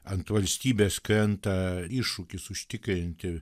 ant valstybės krenta iššūkis užtikrinti